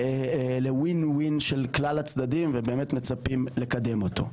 ל-win-win של כלל הצדדים ובאמת מצפים לקדם אותו.